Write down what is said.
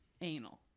Anal